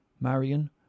Marion